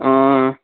অঁ